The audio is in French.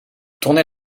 tournez